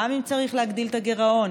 גם אם צריך להגדיל את הגירעון.